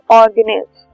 organelles